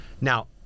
Now